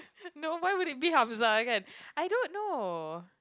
no why would it be Hamzah kan I don't know